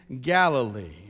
Galilee